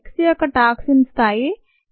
X యొక్క toxin స్థాయి 7